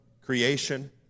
creation